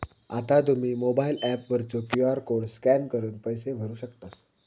आता तुम्ही mobile app वरचो क्यू.आर कोड स्कॅन करून पैसे भरू शकतास